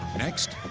next,